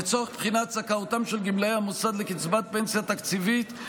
לצורך בחינת זכאותם של גמלאי המוסד לקצבת פנסיה תקציבית,